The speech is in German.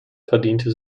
verdiente